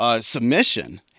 submission